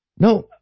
No